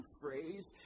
phrase